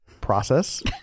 process